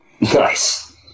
Nice